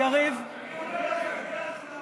אני אומר לכם, מוחה על הצורה של התנהלות הדיון.